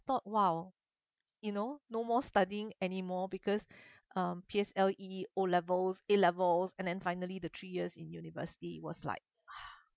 thought !wow! you know no more studying anymore because um P_S_L_E O levels A levels and then finally the three years in university was like